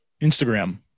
Instagram